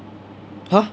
!huh!